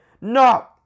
No